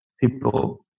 people